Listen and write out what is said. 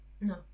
no